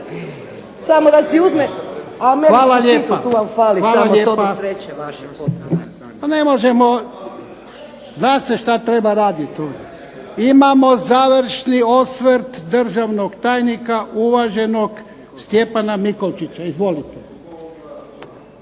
Hvala lijepa. Hvala lijepa. Zna se što treba raditi. Imamo završni osvrt državnog tajnika uvaženog Stjepana MIkolčića. Izvolite.